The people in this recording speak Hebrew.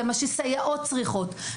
זה מה שסייעות צריכות.